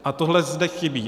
A tohle zde chybí.